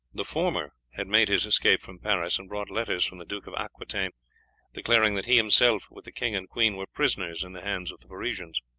the former had made his escape from paris, and brought letters from the duke of aquitaine declaring that he himself, with the king and queen, were prisoners in the hands of the parisians.